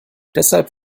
deshalb